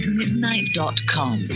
midnight.com